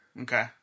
Okay